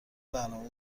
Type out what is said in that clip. برنامه